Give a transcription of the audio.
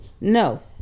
No